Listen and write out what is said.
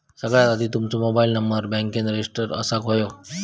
सगळ्यात आधी तुमचो मोबाईल नंबर बॅन्केत रजिस्टर असाक व्हयो